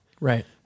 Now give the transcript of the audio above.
Right